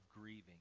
grieving